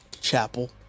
Chapel